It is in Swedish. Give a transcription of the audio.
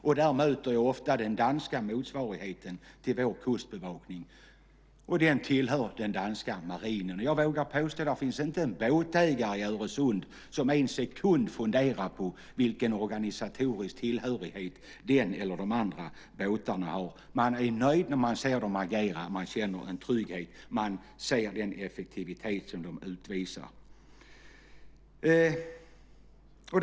Där möter jag ofta den danska motsvarigheten till vår kustbevakning, och den tillhör den danska marinen. Jag vågar påstå att det inte finns en båtägare i Öresund som en sekund funderar på vilken organisatorisk tillhörighet den eller de andra båtarna har. Man är nöjd när man ser dem agera. Man känner en trygghet och ser den effektivitet som de uppvisar.